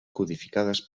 codificades